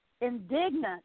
indignant